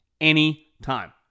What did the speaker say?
anytime